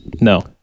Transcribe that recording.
No